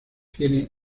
tiene